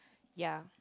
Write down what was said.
ya